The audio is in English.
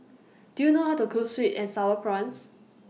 Do YOU know How to Cook Sweet and Sour Prawns